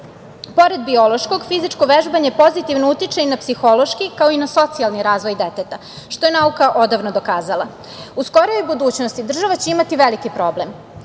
Pored biološkog, fizičko vežbanje pozitivno utiče i na psihološki, kao i na socijalni razvoj deteta, što je nauka odavno dokazala.U skorijoj budućnosti država će imati veliki problem,